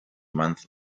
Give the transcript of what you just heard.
month